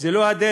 זו לא הדרך